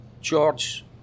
George